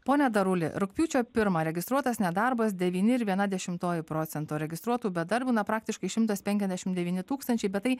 ponia daruli rugpjūčio pirmą registruotas nedarbas devyni ir viena dešimtoji procento registruotų bedarbių na praktiškai šimtas penkiasdešim devyni tūkstančiai bet tai